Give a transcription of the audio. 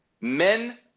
Men